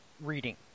reading